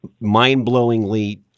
mind-blowingly